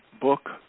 book